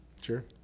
Sure